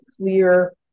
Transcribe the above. clear